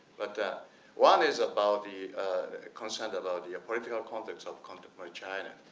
but one is about the concerned about the political context of content by china.